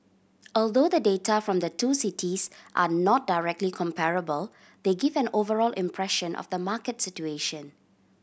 although the data from the two cities are not directly comparable they give an overall impression of the market situation